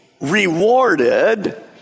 rewarded